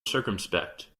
circumspect